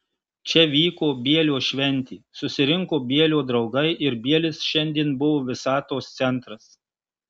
čia vyko bielio šventė susirinko bielio draugai ir bielis šiandien buvo visatos centras